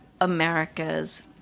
America's